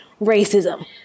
racism